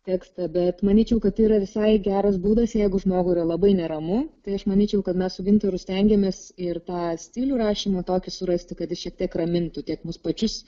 tekstą bet manyčiau kad tai yra visai geras būdas jeigu žmogui labai neramu tai aš manyčiau kad mes su gintaru stengėmės ir tą stilių rašymo tokį surasti kad šiek tiek ramintų tiek mus pačius